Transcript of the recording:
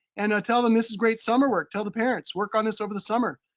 and tell them this is great summer work. tell the parents, work on this over the summer.